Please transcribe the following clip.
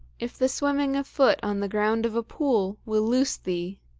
if the swimming of foot on the ground of a pool will loose thee,